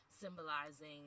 symbolizing